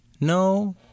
No